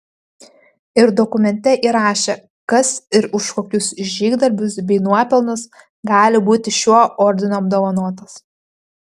ir dokumente įrašė kas ir už kokius žygdarbius bei nuopelnus gali būti šiuo ordinu apdovanotas